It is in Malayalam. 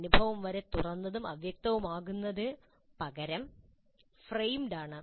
അനുഭവം വളരെ തുറന്നതും അവ്യക്തവുമാകുന്നതിനു പകരം ഫ്രെയിംഡ് ആണ്